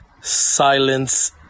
Silence